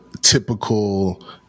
typical